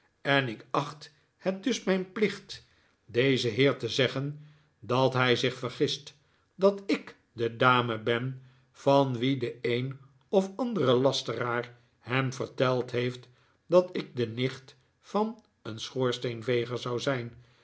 en ik acht het dus mijn plicht dezen heer te zeggen dat hij zich vergist dat ik de dame ben van wie de een of andere lasteraar hem verteld heeft dat ik de nicht van een schoorsteenveger zou zijn